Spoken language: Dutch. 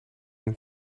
een